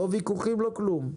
לא ויכוחים לא כלום.